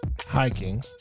Hiking